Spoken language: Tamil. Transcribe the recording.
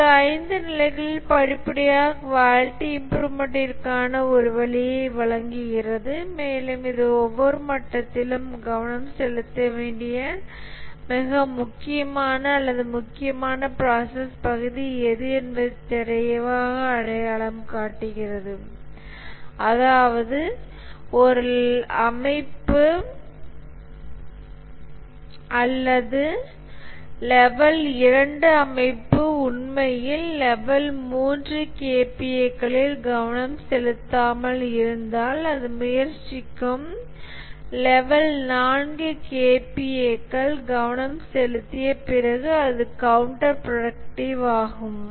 இது 5 நிலைகளில் படிப்படியாக குவாலிட்டி இம்ப்ரூவ்மெண்ட்டிற்கான ஒரு வழியை வழங்குகிறது மேலும் இது ஒவ்வொரு மட்டத்திலும் அது கவனம் செலுத்த வேண்டிய மிக முக்கியமான அல்லது முக்கியமான ப்ராசஸ் பகுதி எது என்பதை தெளிவாக அடையாளம் காட்டுகிறது அதாவது ஒரு லெவல் 2 அமைப்பு உண்மையில் லெவல் 3 KPA க்களில் கவனம் செலுத்தாமல் இருந்தால் அது முயற்சிக்கும் லெவல் 4 KPA இல் கவனம் செலுத்த பிறகு அது கவுண்டர் ப்ரொடக்ட்டிவ் ஆகும்